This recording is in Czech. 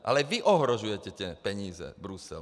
Ale vy ohrožujete peníze Bruselu.